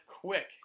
quick